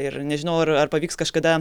ir nežinau ar ar pavyks kažkada